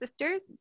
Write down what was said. sisters